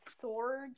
sword